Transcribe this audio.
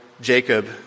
Jacob